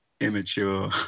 immature